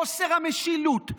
חוסר המשילות,